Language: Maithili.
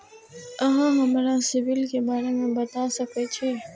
अहाँ हमरा सिबिल के बारे में बता सके छी?